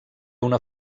una